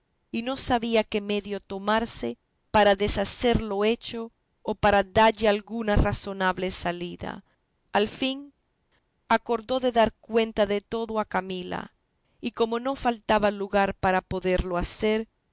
y no sabía qué medio tomarse para deshacer lo hecho o para dalle alguna razonable salida al fin acordó de dar cuenta de todo a camila y como no faltaba lugar para poderlo hacer